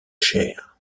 chère